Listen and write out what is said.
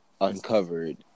uncovered